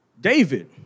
David